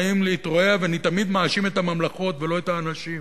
נעים להתרועע ואני תמיד מאשים את הממלכות ולא את האנשים.